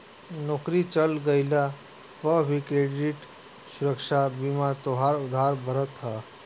नोकरी चल गइला पअ भी क्रेडिट सुरक्षा बीमा तोहार उधार भरत हअ